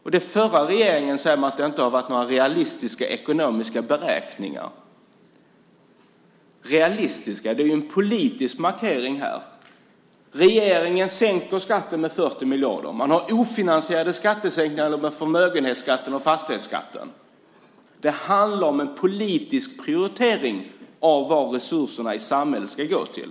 Ministern säger också att den förra regeringen inte har gjort några realistiska ekonomiska beräkningar. Realistiska - det är ju en politisk markering här! Regeringen sänker skatten med 40 miljarder. Man gör ofinansierade skattesänkningar av förmögenhetsskatten och fastighetsskatten. Det handlar om en politisk prioritering av vad resurserna i samhället ska gå till.